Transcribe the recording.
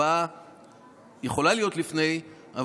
ההצבעה יכולה להיות לפני כן,